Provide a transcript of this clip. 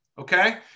okay